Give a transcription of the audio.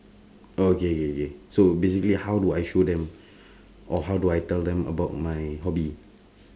oh K K K so basically how do I show them or how do I tell them about my hobby